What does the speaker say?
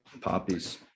Poppies